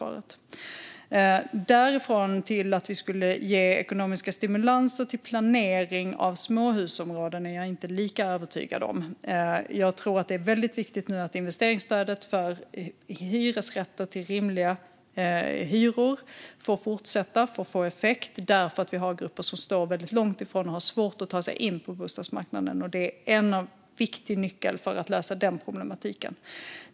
Att vi skulle ge ekonomiska stimulanser till planering av småhus är jag dock inte lika övertygad om. Jag tror att det är mycket viktigt att fortsätta med investeringsstödet till hyresrätter till rimliga hyror eftersom vi har grupper som står långt från bostadsmarknaden och har svårt att ta sig in på den. Det är en viktig nyckel för att lösa den problematiken.